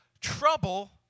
trouble